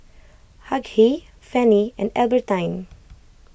Hughie Fanny and Albertine